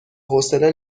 حوصله